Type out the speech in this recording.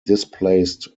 displaced